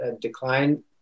decline